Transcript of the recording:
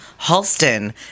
halston